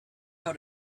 how